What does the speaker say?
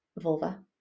vulva